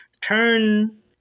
Turn